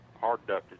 hard-ducted